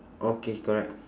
okay correct